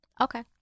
Okay